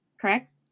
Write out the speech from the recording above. correct